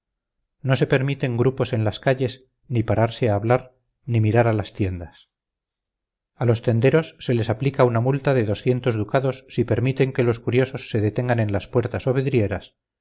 no se permiten grupos en las calles ni pararse a hablar ni mirar a las tiendas a los tenderos se les aplica una multa de ducados si permiten que los curiosos se detengan en las puertas o vidrieras